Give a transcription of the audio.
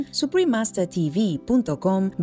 suprememastertv.com